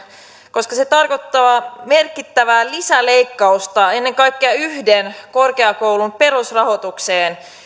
koska se tarkoittaa merkittävää lisäleikkausta ennen kaikkea yhden korkeakoulun perusrahoitukseen